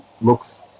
looks